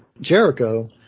Jericho